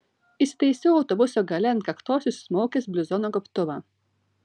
įsitaisiau autobuso gale ant kaktos užsismaukęs bluzono gobtuvą